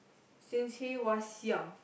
since he was young